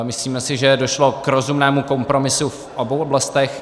Myslíme si, že došlo k rozumnému kompromisu v obou oblastech.